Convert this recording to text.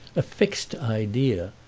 a fixed idea,